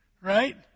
Right